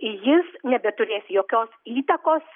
jis nebeturės jokios įtakos